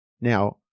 Now